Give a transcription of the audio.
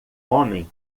homem